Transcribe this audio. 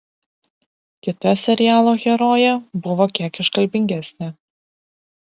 kita serialo herojė buvo kiek iškalbingesnė